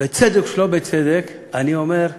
בצדק או שלא בצדק, אני אומר: